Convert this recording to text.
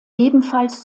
ebenfalls